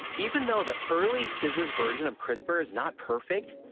even though the early scissors version of crispr is not perfect,